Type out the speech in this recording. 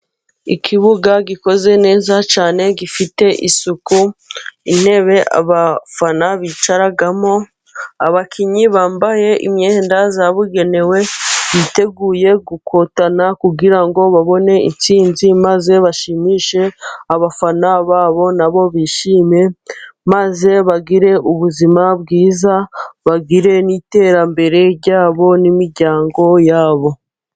Ikibuga gikoze neza cyane gifite isuku, intebe abafana bicaramo, abakinnyi bambaye imyenda yabugenewe biteguye gukotana kugira ngo babone intsinzi, maze bashimishe abafana babo na bo bishime, maze bagire ubuzima bwiza bagire n'iterambere ryabo n'imiryango yabo.